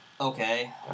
Okay